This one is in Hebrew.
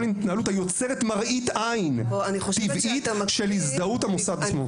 התנהלות היוצרת מראית עין טבעית של הזדהות המוסד עצמו.